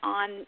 on